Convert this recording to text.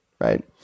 right